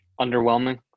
underwhelming